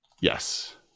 yes